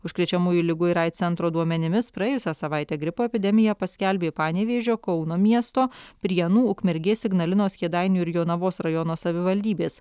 užkrečiamųjų ligų ir aids centro duomenimis praėjusią savaitę gripo epidemiją paskelbė panevėžio kauno miesto prienų ukmergės ignalinos kėdainių ir jonavos rajono savivaldybės